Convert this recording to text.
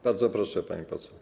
Bardzo proszę, pani poseł.